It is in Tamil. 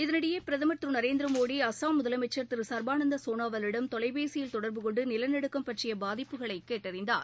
இதனிடையே பிரதமர் திரு நரேந்திரமோடி அஸ்ஸாம் முதலமைச்சர் திரு சர்பானந்தாசோனாவாலிடம் தொலைபேசியில் தொடர்பு கொண்டுநிலநடுக்கம் பற்றியபாதிப்புகளைகேட்டறிந்தார்